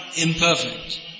imperfect